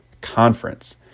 Conference